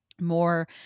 more